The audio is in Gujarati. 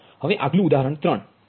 હવે આગલું ઉદાહરણ 3 છે